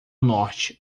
norte